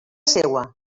seua